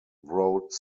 wrote